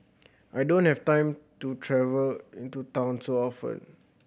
I don't have time to travel into town so often